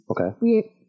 Okay